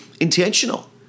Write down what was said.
intentional